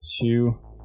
two